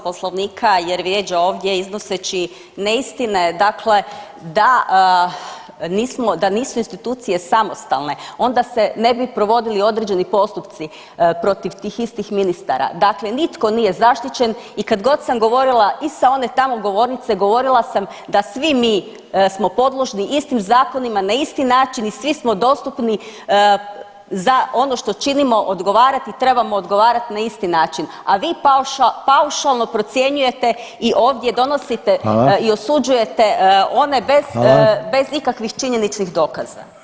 Poslovnika jer vrijeđa ovdje iznoseći neistine, dakle da nismo, da nisu institucije samostalne onda se ne bi provodili određeni postupci protiv tih istih ministara, dakle nitko nije zaštićen i kad god sam govorila i sa one tamo govornice govorila sam da svi mi smo podložni istim zakonima na isti način i svi smo dostupni za ono što činimo odgovarati i trebamo odgovarat na isti način, a vi paušalno procjenjujete i ovdje donosite i osuđujete one bez, bez ikakvih činjeničnih dokaza.